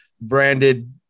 branded